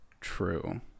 true